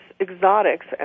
exotics